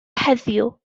heddiw